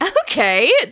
Okay